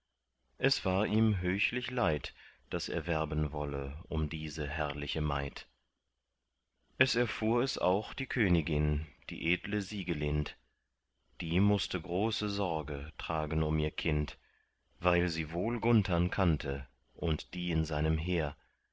es war ihm höchlich leid daß er werben wolle um diese herrliche maid es erfuhr es auch die königin die edle siegelind die mußte große sorge tragen um ihr kind weil sie wohl gunthern kannte und die in seinem heer